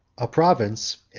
a province,